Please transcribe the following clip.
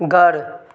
घरु